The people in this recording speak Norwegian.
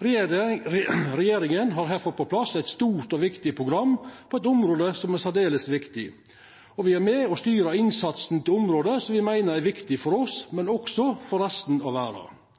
Regjeringa har her fått på plass eit stort og viktig program på eit område som er særdeles viktig, og me er med og styrer innsatsen til områder som me meiner er viktige for oss, men også for resten av verda.